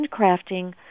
handcrafting